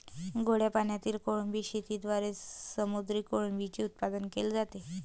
गोड्या पाण्यातील कोळंबी शेतीद्वारे समुद्री कोळंबीचे उत्पादन केले जाते